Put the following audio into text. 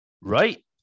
right